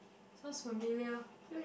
sounds familiar